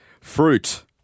Fruit